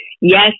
Yes